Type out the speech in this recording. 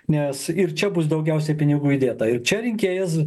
nes ir čia bus daugiausiai pinigų įdėta ir čia rinkėjas